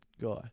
guy